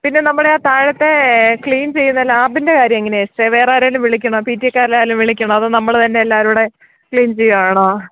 പിന്നെ നമ്മുടെ ആ താഴത്തെ ക്ലീൻ ചെയ്ത ലാബിൻ്റെ കാര്യം എങ്ങനെയാണ് സിസ്റ്ററെ വേറെ ആരെയേലും വിളിക്കണോ പി ടി എ ക്കാരിൽ ആരേലും വിളിക്കണോ അതോ നമ്മള് തന്നെ എല്ലാവരും കൂടെ ക്ലീൻ ചെയ്യുകയാണോ